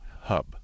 hub